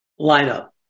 lineup